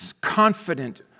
confident